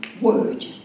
word